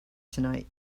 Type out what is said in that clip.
tonight